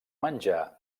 menjar